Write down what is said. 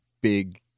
big